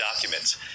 documents